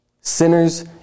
Sinners